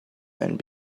and